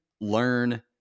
learn